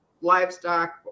livestock